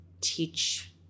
teach